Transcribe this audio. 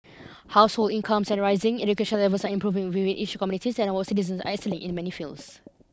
household incomes and rising education levels are improving within each communities and our citizens are excelling in many fields